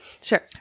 sure